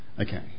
Okay